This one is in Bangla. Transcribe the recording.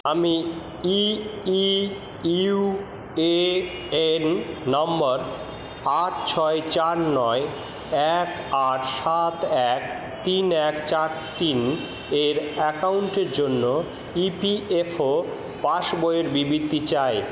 আমি ইইইউএএন নম্বর আট ছয় চার নয় এক আট সাত এক তিন এক চার তিন এর অ্যাকাউন্টের জন্য ইপিএফও পাসবইয়ের বিবৃতি চাই